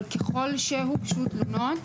אבל ככל שהוגשו תלונות,